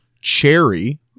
Cherry